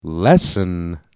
Lesson